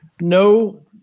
no